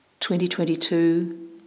2022